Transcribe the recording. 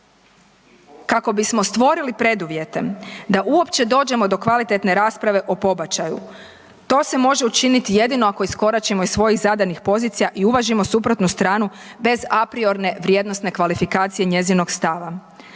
Kako bismo stvorili preduvjete da uopće dođemo do kvalitetne rasprave o pobačaju to se može učiniti jedino ako iskoračimo iz svojih zadanih pozicija i uvažimo suprotnu stranu bez a priorne vrijednosne kvalifikacije njezinog stava.